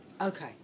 Okay